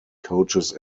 coaches